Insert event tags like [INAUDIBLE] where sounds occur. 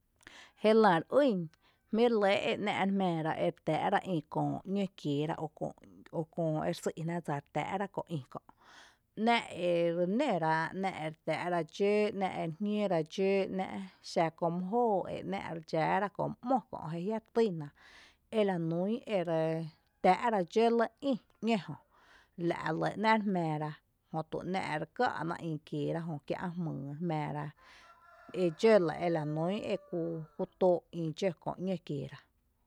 [NOISE] Jélⱥ re ýn jmí’ re lɇ re jmⱥⱥ ra ere tⱥⱥ’ ra ï köö ‘ñǿ kieera o kö, o köo ere sý’ jná dsa ere tⱥⱥ’ ra köö ï kö’, ‘náa’ ere nǿrá ‘náa’ ere tⱥⱥ’ ra dxǿ, náa’ ere jñǿǿra dxǿ ná’ xa köö mý jóoó e ná’ re dxⱥⱥra dxǿ köö mý ´mo kö’ jé jiä’ retýna elanún ere tⱥⱥ’ ra dxǿ [NOISE] lɇ ï ‘ñǿ jo, la’ re lɇ ‘ná’ re jmⱥⱥra jötu re ká’a’ na ï kieera jö kiä’ jmyy re jmⱥⱥra edxǿ [NOISE] lɇ ela nún ekú tóó’ ï dxǿ köö ‘nǿ kieera.